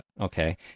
Okay